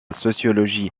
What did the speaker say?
sociologie